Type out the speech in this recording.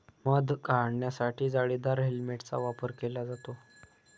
मध काढण्यासाठी जाळीदार हेल्मेटचा वापर केला जातो